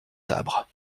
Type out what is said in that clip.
sabres